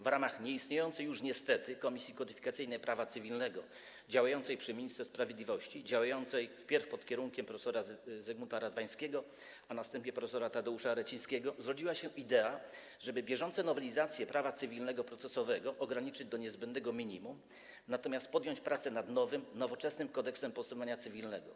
W ramach nieistniejącej już niestety Komisji Kodyfikacyjnej Prawa Cywilnego działającej przy ministrze sprawiedliwości, działającej wpierw pod kierunkiem prof. Zygmunta Radwańskiego, a następnie prof. Tadeusza Erecińskiego, zrodziła się idea, żeby bieżące nowelizacje prawa cywilnego procesowego ograniczyć do niezbędnego minimum, natomiast podjąć prace nad nowym, nowoczesnym Kodeksem postępowania cywilnego.